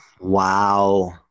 Wow